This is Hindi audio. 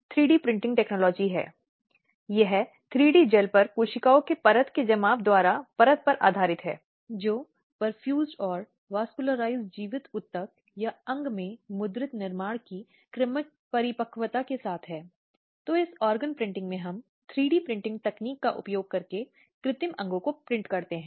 अब घरेलू हिंसा की समस्या फिर से एक समस्या है जो न केवल भारत तक सीमित है बल्कि दुनिया भर में सभी परिवारों में इस मामले के लिए या कई परिवारों में इस मामले के लिए है